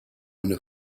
une